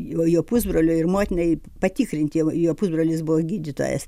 jo pusbroliui ir motinai patikrint jo jo pusbrolis buvo gydytojas